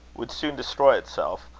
would soon destroy itself,